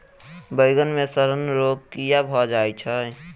बइगन मे सड़न रोग केँ कीए भऽ जाय छै?